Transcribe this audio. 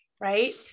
right